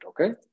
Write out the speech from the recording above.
okay